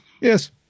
yes